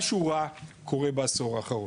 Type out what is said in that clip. משהו רע קורה בעשור האחרון,